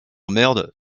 merde